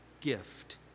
gift